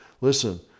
Listen